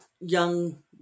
young